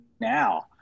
now